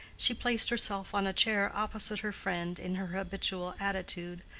she placed herself on a chair opposite her friend in her habitual attitude,